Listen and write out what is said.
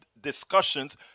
discussions